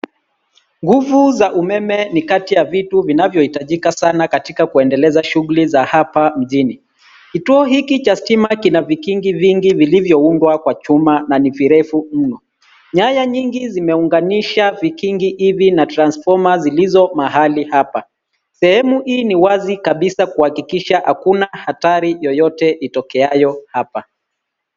Nguvu za umeme ni kati ya vitu vinavyo hitajika sana katika kuendeleza shughuli za hapa mjini. Kituo hiki cha stima kina vikingi vingi vilivyoundwa kwa chuma na ni virefu mno. Nyaya nyingi zime unganisha vikingi hivi na transfoma zilizo mahali hapa. Sehemu hii ni wazi kabisa kuakikisha hakuna hatari yeyote itokeayo hapa.